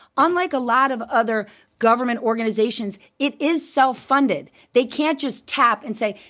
unlike a lot of other government organizations, it is self-funded. they can't just tap and say,